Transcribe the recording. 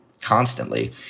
constantly